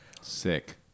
Sick